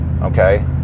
okay